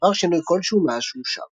ולא עבר שינוי כלשהו מאז שאושר.